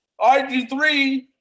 RG3